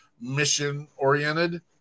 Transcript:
mission-oriented